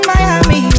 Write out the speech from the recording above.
Miami